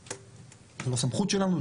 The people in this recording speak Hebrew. זו לא הסמכות שלנו,